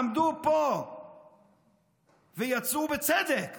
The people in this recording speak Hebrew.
עמדו פה ויצאו בצדק